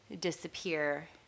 disappear